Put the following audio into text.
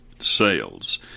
sales